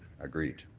agreed.